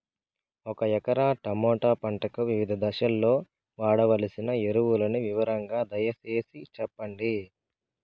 ఒక ఎకరా టమోటా పంటకు వివిధ దశల్లో వాడవలసిన ఎరువులని వివరంగా దయ సేసి చెప్పండి?